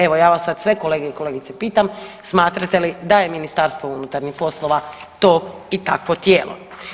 Evo, ja vas sad sve, kolege i kolegice pitam, smatrate li da je Ministarstvo unutarnjih poslova to i takvo tijelo?